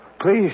Please